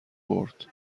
برد